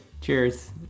Cheers